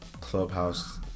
clubhouse